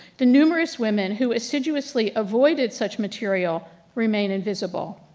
the numerous women who assiduously avoided such material remain invisible.